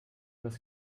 das